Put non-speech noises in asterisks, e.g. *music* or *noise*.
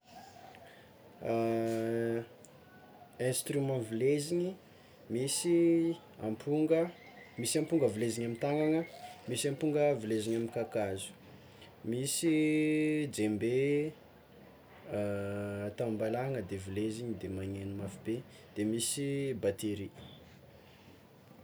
*hesitation* Instrument vileziny misy amponga, misy amponga vileziny amy tagnagna, misy amponga vileziny amy kakazo, miy dzembe, *hesitation* atao ambalahagna de vilezina de magnegno mafibe de misy batery.